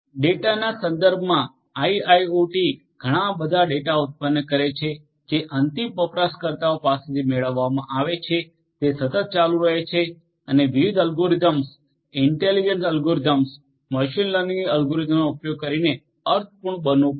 ડેટાના સંદર્ભમાં આઈઆઈઓટી ઘણાં બધા ડેટા ઉત્પન્ન કરે છે જે અંતિમ વપરાશકર્તા પાસેથી મેળવવામાં આવે છે તે સતત ચાલુ રહે છે અને વિવિધ algorithms intelligent algorithms machine learning અલ્ગોરિધમ્સનો ઉપયોગ કરીને અર્થપૂર્ણ બનવું પડશે